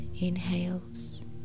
inhales